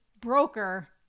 broker